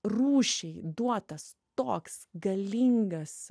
rūšiai duotas toks galingas